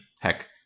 heck